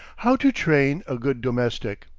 how to train a good-domestic.